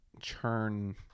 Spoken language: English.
churn